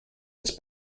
its